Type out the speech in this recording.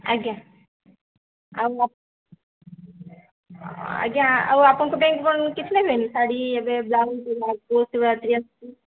ଆଜ୍ଞା ଆଉ ଆଜ୍ଞା ଆଉ ଆପଣଙ୍କ ପାଇଁ କଣ କିଛି ନେବେନି ଶାଢ଼ୀ ଏବେ ବ୍ଲାଉଜ୍